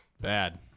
Bad